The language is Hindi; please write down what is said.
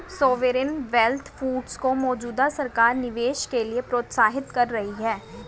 सॉवेरेन वेल्थ फंड्स को मौजूदा सरकार निवेश के लिए प्रोत्साहित कर रही है